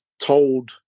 told